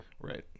Right